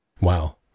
Wow